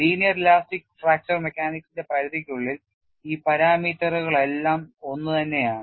linear elastic fracture മെക്കാനിക്സിന്റെ പരിധിക്കുള്ളിൽ ഈ പരാമീറ്ററുകളെല്ലാം ഒന്നുതന്നെയാണ്